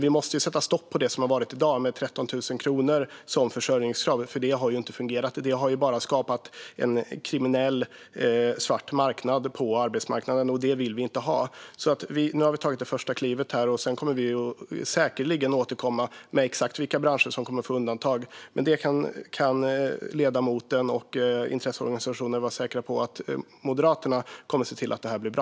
Vi måste sätta stopp för det som har varit med 13 000 kronor som försörjningskrav. Det har ju inte fungerat, utan det har bara skapat en kriminell svart arbetsmarknad - och en sådan vill vi inte ha. Nu har vi tagit det första klivet, och sedan kommer vi säkerligen att återkomma till exakt vilka branscher som kommer att få undantag. Ledamoten och intresseorganisationer kan vara säkra på att Moderaterna kommer att se till att det blir bra.